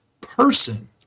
person